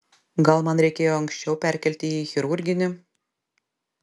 gal man reikėjo anksčiau perkelti jį į chirurginį